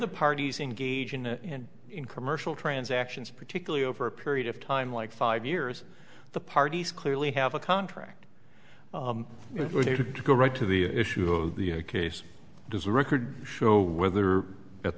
the parties engage in in commercial transactions particularly over a period of time like five years the parties clearly have a contract it's related to go right to the issue of the case does the record show whether at